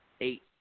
eight